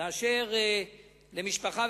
כאשר המכסה למשפחה,